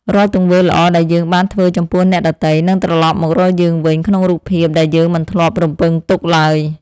រាល់ទង្វើល្អដែលយើងបានធ្វើចំពោះអ្នកដទៃ នឹងត្រលប់មករកយើងវិញក្នុងរូបភាពដែលយើងមិនធ្លាប់រំពឹងទុកឡើយ។